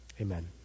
amen